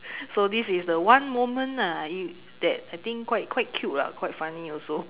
so this is the one moment ah that I think quite cute lah quite funny also